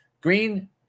green